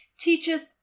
teacheth